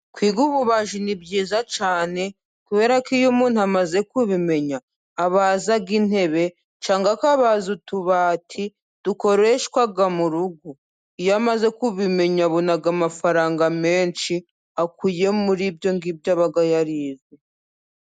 Kwiga ububaji ni byiza cyane, kubera ko iyo umuntu amaze kubimenya abaza intebe, cyangwa akabaza utubati dukoreshwa mu rugo. Iyo amaze kubimenya abona amafaranga menshi akuye muri ibyo ngibyo aba yarize.